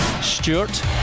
Stewart